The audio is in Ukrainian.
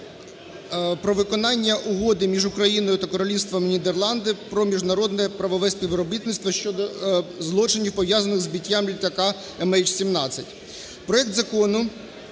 про виконання Угоди між Україною та Королівством Нідерландів про міжнародне правове співробітництво щодо злочинів, пов'язаних зі збиттям літака МН17. Проект закону